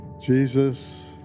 Jesus